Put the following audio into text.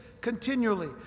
continually